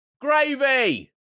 Gravy